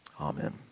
amen